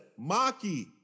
Maki